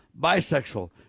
bisexual